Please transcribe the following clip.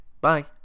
Bye